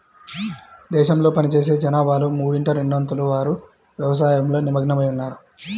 దేశంలో పనిచేసే జనాభాలో మూడింట రెండొంతుల వారు వ్యవసాయంలో నిమగ్నమై ఉన్నారు